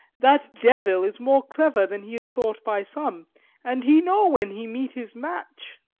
that devil is more clever than he is thought by some and he know when he meet his match!